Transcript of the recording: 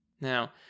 Now